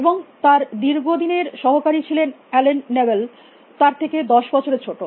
এবং তার দীর্ঘ দিনের সহকারী ছিলেন অ্যালেন নেবেল তার থেকে 10 বছরের ছোটো